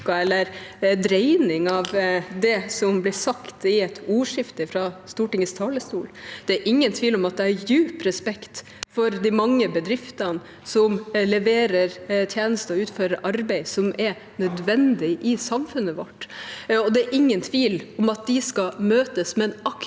eller dreining av det som blir sagt i et ordskifte fra Stortingets talerstol. Det er ingen tvil om at jeg har dyp respekt for de mange bedriftene som leverer tjenester og utfører arbeid som er nødvendig i samfunnet vårt, og det er ingen tvil om at de skal møtes med en aktiv